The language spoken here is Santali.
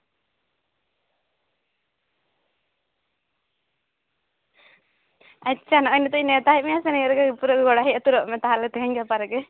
ᱟᱪᱪᱷᱟ ᱱᱚᱜᱼᱚᱭ ᱱᱤᱛᱳᱜ ᱤᱧ ᱱᱮᱶᱛᱟᱭᱮᱫ ᱢᱮᱭᱟ ᱥᱮ ᱱᱤᱭᱟᱹ ᱨᱮᱜᱮ ᱯᱩᱨᱟᱹ ᱚᱲᱟᱜ ᱦᱮᱡ ᱩᱛᱟᱹᱨᱚᱜ ᱢᱮ ᱛᱮᱦᱮᱧ ᱜᱟᱯᱟ ᱨᱮᱜᱮ